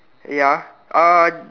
ya uh